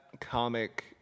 comic